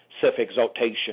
self-exaltation